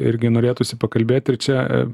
irgi norėtųsi pakalbėt ir čia